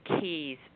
keys